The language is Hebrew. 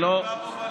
אל תפגע בו בליכוד.